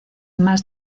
más